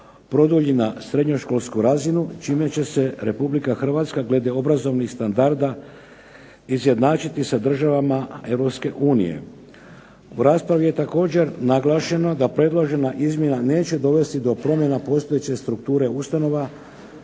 produlji na srednjoškolsku razinu čime će se Republika Hrvatska glede obrazovnih standarda izjednačiti sa državama Europske unije. U raspravi je također naglašeno da predložena izmjena neće dovesti do promjene postojeće strukture ustanova